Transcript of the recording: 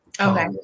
Okay